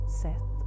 set